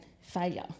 failure